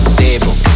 table